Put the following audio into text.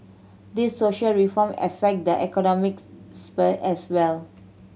these social reform affect the economics sphere as well